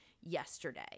yesterday